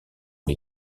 les